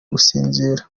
gusinzira